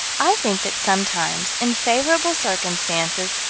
i think that sometimes, in favorable circumstances,